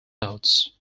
notes